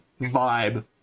vibe